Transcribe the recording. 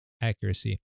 accuracy